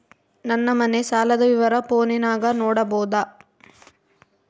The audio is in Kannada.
ನನ್ನ ಮನೆ ಸಾಲದ ವಿವರ ಫೋನಿನಾಗ ನೋಡಬೊದ?